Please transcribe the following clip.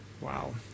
Wow